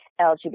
LGBT